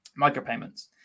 micropayments